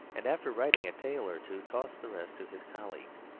and after writing a tale or two toss the rest to his colleagues.